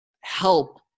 help